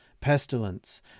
pestilence